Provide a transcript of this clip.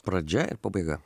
pradžia ir pabaiga